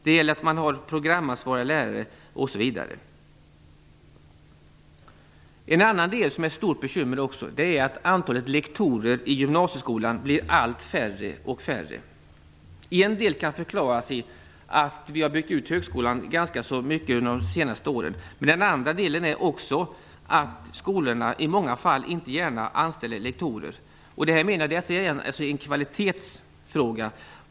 Det gäller att det finns programansvariga lärare osv. Ett annat stort bekymmer är att antalet lektorer i gymnasieskolan blir allt färre. Det kan till en viss del förklaras med att vi har byggt ut högskolan ganska mycket under de senaste åren. En annan orsak är att skolorna i många fall inte gärna anställer lektorer. Detta är en kvalitetsfråga.